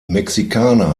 mexikaner